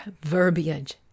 verbiage